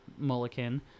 Mulliken